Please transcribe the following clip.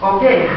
Okay